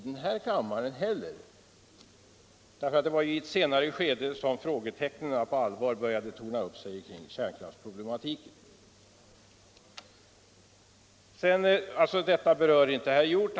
Det var i ett senare skede som frågetecken på allvar började torna upp sig kring kärnkraftsproblematiken. Detta berörde inte herr Hjorth.